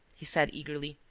he said, eagerly.